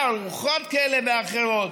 לארוחות כאלה ואחרות,